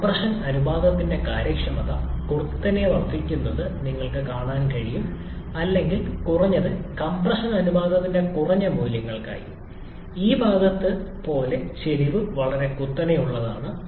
compression അനുപാതത്തിന്റെ കാര്യക്ഷമത കുത്തനെ വർദ്ധിക്കുന്നത് നിങ്ങൾക്ക് കാണാൻ കഴിയും അല്ലെങ്കിൽ കുറഞ്ഞത് കംപ്രഷൻ അനുപാതത്തിന്റെ കുറഞ്ഞ മൂല്യങ്ങൾക്കായി ഈ ഭാഗത്ത് പോലെ ചരിവ് വളരെ കുത്തനെയുള്ളതാണ്